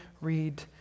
read